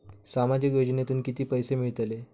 सामाजिक योजनेतून किती पैसे मिळतले?